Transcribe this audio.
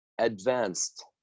advanced